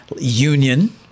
union